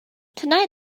tonight